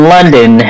London